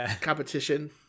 competition